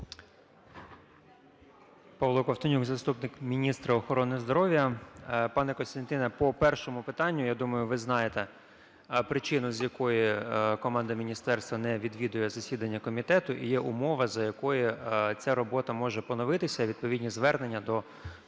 Павло Ковтонюк, заступник міністра охорони здоров'я. Пане Костянтине, по першому питанню, я думаю, ви знаєте причину, з якої команда міністерства не відвідує засідання комітету. Є умова, за якої ця робота може поновитися. Відповідні звернення до